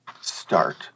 start